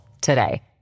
today